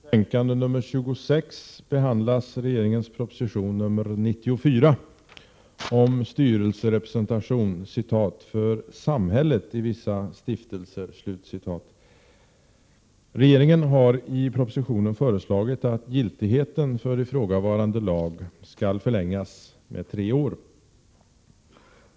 Herr talman! I näringsutskottets betänkande nr 26 behandlas regeringens proposition nr 94 om ”styrelserepresentation för samhället i vissa stiftelser” Regeringen har i propositionen föreslagit att giltigheten för ifrågavarande lag skall förlängas med tre år.